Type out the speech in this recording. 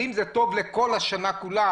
אם זה טוב לכל השנה כולה,